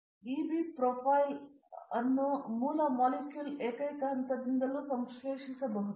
Viswanathan ibuprofen ಅನ್ನು ಮೂಲ molecule ಏಕೈಕ ಹಂತದಿಂದ ಸಂಶ್ಲೇಷಿಸಬಹುದು